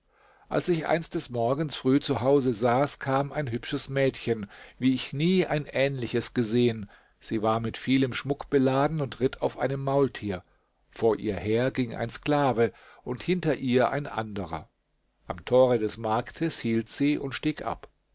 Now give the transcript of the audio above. als ich einst des morgens früh zu hause saß kam ein hübsches mädchen wie ich nie ein ähnliches gesehen sie war mit vielem schmuck beladen und ritt auf einem maultier vor ihr her ging ein sklave und hinter ihr ein anderer am tore des marktes hielt sie und stieg ab